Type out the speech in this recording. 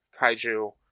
kaiju